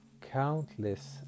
countless